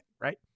Right